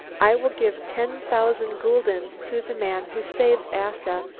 i will give ten thousand guldens to the man who saves asta,